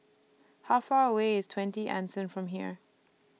How Far away IS twenty Anson from here